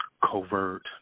covert